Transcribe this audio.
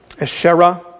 Asherah